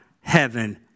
heaven